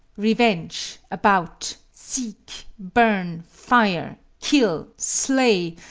revenge! about! seek! burn! fire! kill! slay!